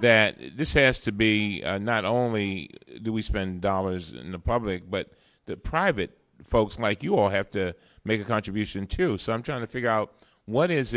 that this has to be not only do we spend dollars in the public but that private folks like you all have to make a contribution to some trying to figure out what is